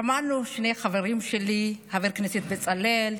מה שנכון נכון.